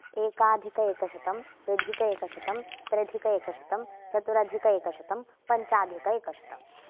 एकाधिक एकशतं द्वयधिक एकशतं त्र्यधिक एकशतं चतुरधिक एकशतं पञ्चाधिक एकशतं